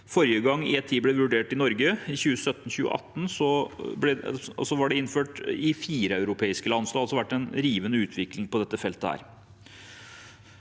Forrige gang E10 ble vurdert i Norge, i 2017/2018, var det innført i fire europeiske land, så det har altså vært en rivende utvikling på dette feltet.